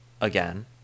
again